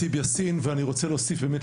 וחברת הכנסת ח'טיב יאסין ואני רוצה להוסיף באמת,